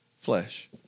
flesh